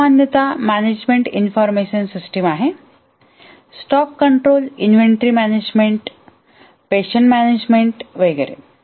ही सामान्यत management information सिस्टमम आहे stock control inventory management patient management वगैरे